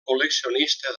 col·leccionista